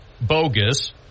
bogus